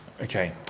Okay